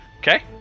Okay